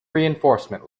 reinforcement